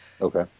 Okay